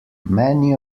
many